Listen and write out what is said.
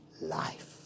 life